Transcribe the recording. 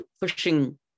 pushing